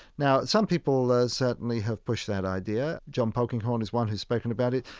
now, some people like certainly have pushed that idea. john polkinghorne is one who's spoken about it.